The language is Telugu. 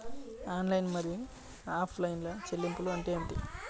ఆన్లైన్ మరియు ఆఫ్లైన్ చెల్లింపులు అంటే ఏమిటి?